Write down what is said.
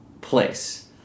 place